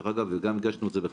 דרך אגב, גם הגשנו את זה בחקיקה.